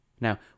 Now